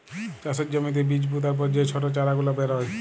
চাষের জ্যমিতে বীজ পুতার পর যে ছট চারা গুলা বেরয়